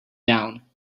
down